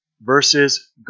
versus